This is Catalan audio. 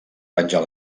penjar